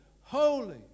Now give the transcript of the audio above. holy